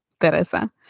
Teresa